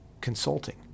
consulting